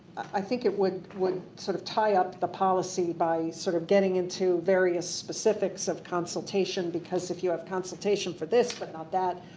i think it would would sort of tie up the policy by sort of getting into various specifics of consultation because if you have consultation for this but not that,